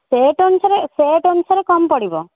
set ଅନୁସାରେ set ଅନୁସାରେ କମ୍ ପଡ଼ିବ